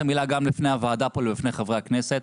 המילה גם לפני הוועדה ולפני חברי הכנסת,